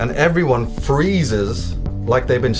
and everyone freezes like they've been